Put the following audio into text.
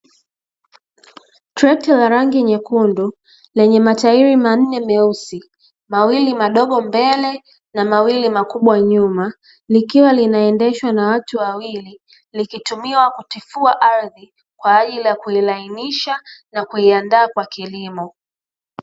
Trekta la rangi nyekundu lenye matairi manne meusi, mawili madogo mbele na mawili makubwa nyuma, Likiwa linaendeshwa na watu wawili likitumiwa kutifua ardhi kwa ajili ya kuirahunisha na kuianda kwa kilimo.